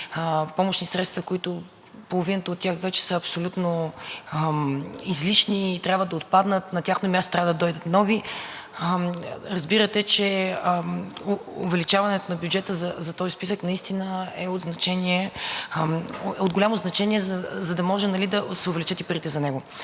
помощни средства, половината от които вече са абсолютно излишни и трябва да отпаднат, а на тяхно място трябва да дойдат нови. Разбирате, че увеличаването на бюджета за този списък наистина е от голямо значение, за да може да се увеличат и парите за него.